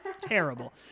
terrible